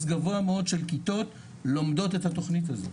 גבוה מאוד של כיתות לומדות את התכנית הזאת.